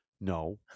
No